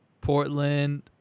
Portland